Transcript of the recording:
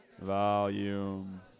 Volume